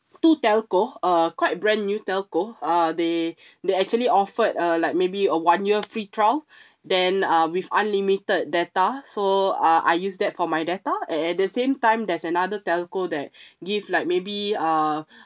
two telco uh quite brand new telco uh they they actually offered a like maybe a one year free trial then uh with unlimited data so uh I use that for my data at at the same time there's another telco that give like maybe uh